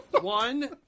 One